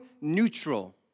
neutral